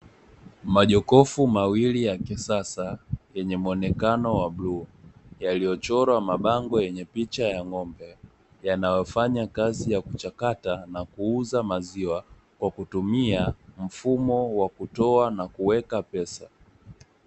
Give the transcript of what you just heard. Majokofu mawili ya kisasa yenye muonekano wa bluu, yaliyochorwa mabango yenye picha ya ng'ombe, yanayofanya kazi ya kuchakata na kuuza maziwa kwa kutumia mfumo wa kutoa na kuweka pesa.